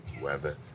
weather